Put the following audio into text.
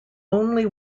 only